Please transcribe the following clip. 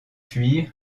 fuir